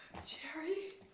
jerry!